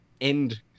end